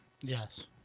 yes